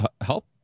help